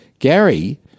Gary